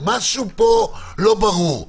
משהו פה לא ברור.